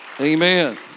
Amen